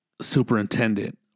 superintendent